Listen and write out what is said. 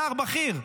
שר בכיר,